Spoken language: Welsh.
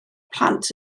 plant